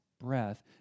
breath